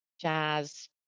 jazz